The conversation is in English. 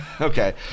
Okay